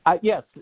yes